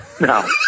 No